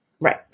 Right